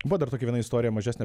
buvo dar tokia viena istorija mažesnė